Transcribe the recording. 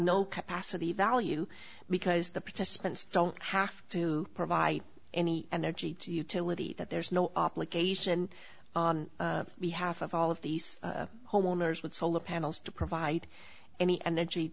capacity value because the participants don't have to provide any energy utility that there's no obligation on behalf of all of these homeowners with solar panels to provide any energy